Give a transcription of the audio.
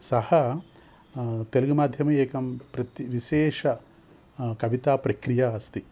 सः तेलुगुमाध्यमे एकं प्रति विशेष कविताप्रक्रिया अस्ति